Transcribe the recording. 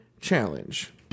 challenge